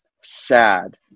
sad